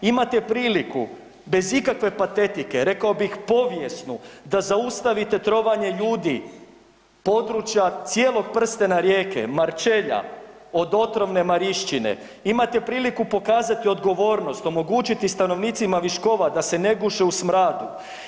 Imate priliku bez ikakve patetike, rekao bih, povijesnu da zaustavite trovanje ljudi područja cijelog prstena Rijeke, Marčelja, od otrovne Marišćine, imate priliku pokazati odgovornost, omogućiti stanovnicima Viškova da se ne guše u smradu.